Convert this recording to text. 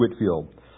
Whitfield